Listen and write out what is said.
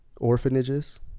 orphanages